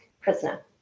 prisoner